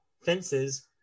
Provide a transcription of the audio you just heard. Fences